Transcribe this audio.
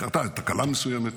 קרתה תקלה מסוימת,